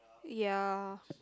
ya